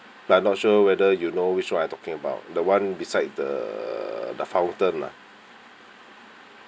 but I'm not sure whether you know which [one] I'm talking about the one beside the the fountain lah